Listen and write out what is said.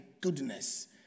goodness